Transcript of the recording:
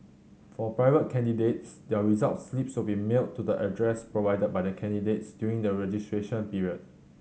for private candidates their result slips will be mailed to the address provided by the candidates during the registration period